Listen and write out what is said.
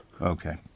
Okay